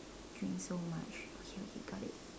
drink so much okay okay got it